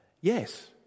yes